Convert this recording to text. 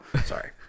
Sorry